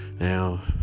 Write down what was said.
Now